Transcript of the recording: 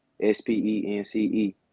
s-p-e-n-c-e